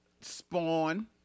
Spawn